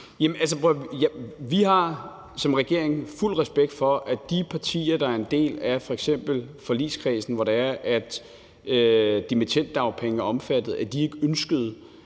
Vi har som regering fuld respekt for, at de partier, der er en del af f.eks. forligskredsen, hvor dimittenddagpenge er omfattet, ikke ønskede